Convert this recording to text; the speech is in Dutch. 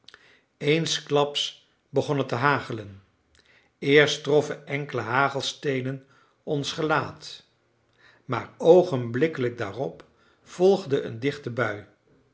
eensklaps begon het te hagelen eerst troffen enkele hagelsteenen ons gelaat maar oogenblikkelijk daarop volgde een dichte bui